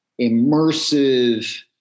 immersive